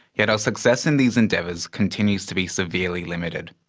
yet our success in these endeavours continues to be severely limited.